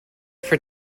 for